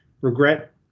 regret